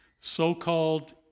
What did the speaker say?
so-called